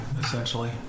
essentially